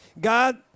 God